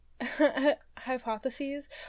Hypotheses